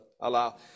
allow